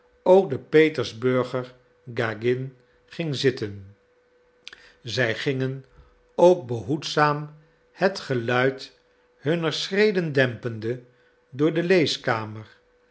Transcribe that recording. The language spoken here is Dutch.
ook de petersburger gagin ging zitten zij gingen ook behoedzaam het geluid hunner schreden dempende door de leeskamer waar